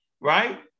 Right